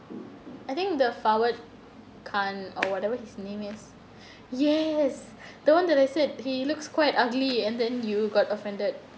I think the fawad khan or whatever his name is yes the one that I said he looks quite ugly and then you got offended